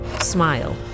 smile